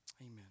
Amen